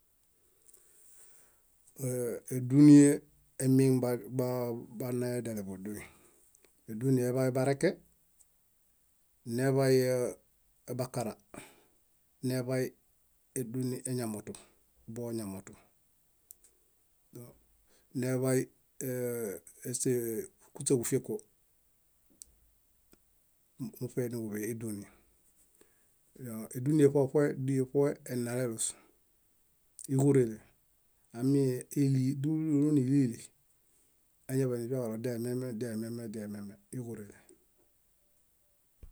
Éduinie emieŋ banaediale búduñ: édunieḃai ebareke, neḃai ebakara, neḃai éduni eñamotu boñamotu. Neḃaikuśeġufieko muṗeniġuḃeeduni. Édunie ṗoeṗoe diṗoeṗoe enalelus íġurele, dúlu dúlu nílili, añadifiaġaɭo diaemiame diaemiame